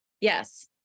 yes